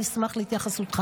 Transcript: אני אשמח להתייחסותך.